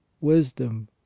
wisdom